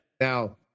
Now